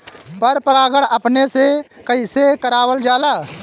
पर परागण अपने से कइसे करावल जाला?